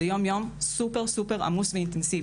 זה יום יום סופר, סופר עמוס ואינטנסיבי.